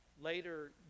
Later